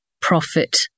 profit